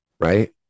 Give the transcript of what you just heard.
right